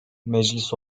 meclis